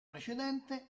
precedente